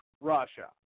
Russia